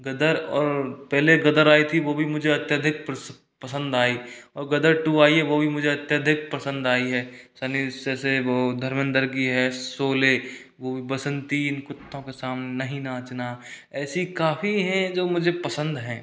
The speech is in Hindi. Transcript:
गदर और पहले गदर वो भी मुझे अत्यधिक पसंद आई और गदर टू आई है वो भी मुझे अत्यधिक पसंद आई है जैसे वो धर्मेंद्र की है शोले बसंती इन कुत्तों के सामने नहीं नाचना ऐसी काफ़ी हैं जो मुझे पसंद हैं